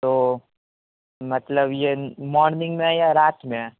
تو مطلب یہ مارننگ میں ہے یا رات میں ہے